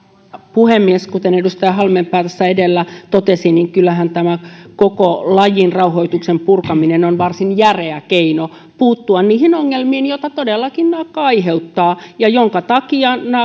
puhemies kuten edustaja halmeenpää tässä edellä totesi niin kyllähän tämä koko lajin rauhoituksen purkaminen on varsin järeä keino puuttua niihin ongelmiin joita todellakin naakka aiheuttaa ja joiden takia